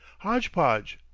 hodge-podge,